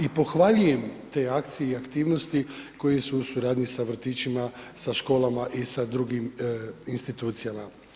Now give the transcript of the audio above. I pohvaljujem te akcije i aktivnosti koje su u suradnji sa vrtićima, sa školama i sa drugim institucijama.